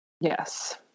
Yes